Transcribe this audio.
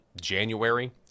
January